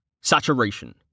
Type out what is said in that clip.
Saturation